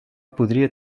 podria